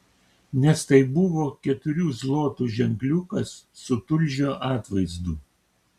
nes tai buvo keturių zlotų ženkliukas su tulžio atvaizdu